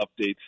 updates